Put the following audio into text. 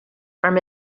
from